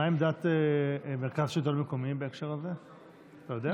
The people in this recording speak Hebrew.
מה עמדת מרכז שלטון מקומי בהקשר הזה, אתה יודע?